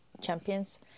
champions